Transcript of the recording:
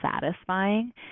satisfying